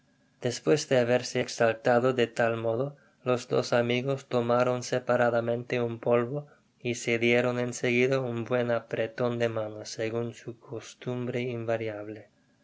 despues de haberse ecsaltado de tal modo los dos amigos tomaron separadamente un polvo y se dieron enseguida un buen apreton de manos segun su costumbre invariable